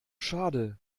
schade